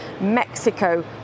Mexico